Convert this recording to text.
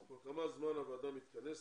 כל כמה זמן הוועדה מתכנסת,